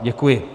Děkuji.